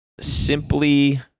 simply